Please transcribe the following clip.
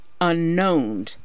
unknown